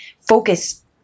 focus